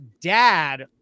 dad